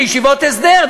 לישיבות הסדר,